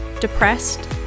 depressed